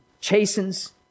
chastens